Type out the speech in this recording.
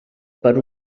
per